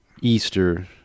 Easter